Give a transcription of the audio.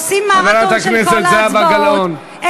אני